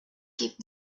keep